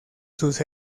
sus